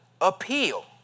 appeal